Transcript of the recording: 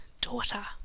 daughter